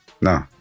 No